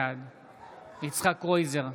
בעד יצחק קרויזר,